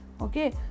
Okay